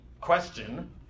question